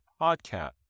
podcast